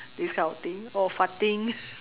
this kind of thing or farting